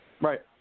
Right